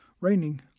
Raining